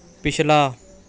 ਪਿਛਲਾ